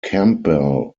campbell